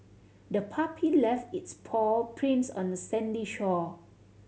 the puppy left its paw prints on the sandy shore